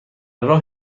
راه